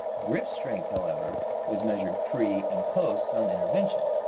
grip strength, however, was measured pre and post some intervention.